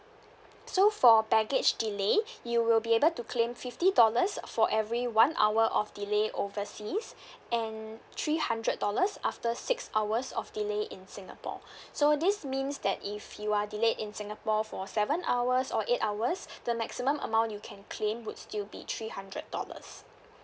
so for baggage delay you will be able to claim fifty dollars for every one hour of delay overseas and three hundred dollars after six hours of delay in singapore so this means that if you are delayed in singapore for seven hours or eight hours the maximum amount you can claim would still be three hundred dollars